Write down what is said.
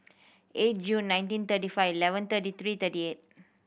eight June nineteen thirty five eleven thirty three thirty eight